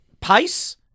pace